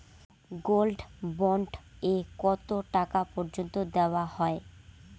Gold bond এ কতো টাকা পর্যন্ত দেওয়া হয়?